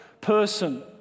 person